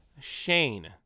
Shane